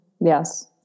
Yes